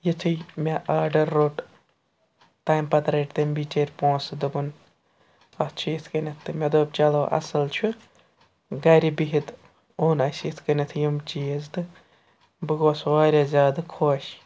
یُتھُے مےٚ آرڈَر روٚٹ تَمہِ پَتہٕ رٔٹ تٔمۍ بِچٲرۍ پونٛسہٕ دوٚپُن اَتھ چھُ یِتھ کٔنٮ۪تھ تہٕ مےٚ دوٚپ چلو اَصٕل چھُ گَرِ بِہِتھ اوٚن اَسہِ یِتھ کٔنٮ۪تھ یِم چیٖز تہٕ بہٕ گوس واریاہ زیادٕ خۄش